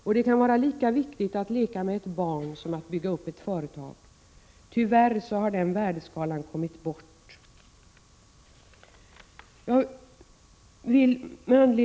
Och det kan vara lika viktigt att leka med ett barn som att bygga upp ett företag. Tyvärr har den värdeskalan kommit bort.